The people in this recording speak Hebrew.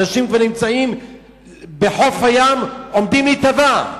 אנשים נמצאים בחוף הים, עומדים לטבוע.